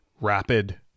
rapid